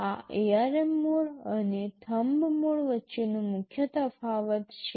આ ARM mode અને thumb mode વચ્ચેનો મુખ્ય તફાવત છે